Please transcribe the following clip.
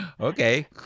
Okay